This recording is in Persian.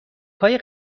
های